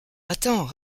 attends